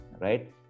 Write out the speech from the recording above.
right